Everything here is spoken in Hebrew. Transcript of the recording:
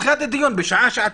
תדחה את הדיון בשעה-שעתיים,